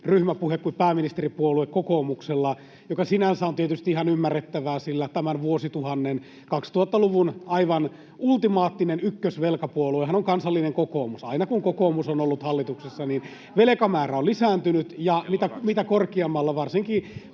ryhmäpuhe kuin pääministeripuolue kokoomuksella, mikä sinänsä on tietysti ihan ymmärrettävää, sillä tämän vuosituhannen, 2000-luvun, aivan ultimaattinen ykkösvelkapuoluehan on Kansallinen Kokoomus. [Anne Kalmari: Kyllä, tämä on fakta!] Aina kun kokoomus on ollut hallituksessa, niin velkamäärä on lisääntynyt, ja varsinkin